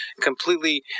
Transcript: completely